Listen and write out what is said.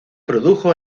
produjo